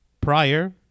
prior